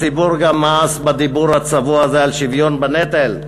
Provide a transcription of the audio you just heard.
הציבור גם מאס בדיבור הצבוע הזה על שוויון בנטל.